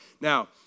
now